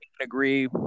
agree